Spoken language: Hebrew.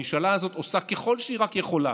הממשלה הזאת עושה כל שהיא רק יכולה